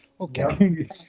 Okay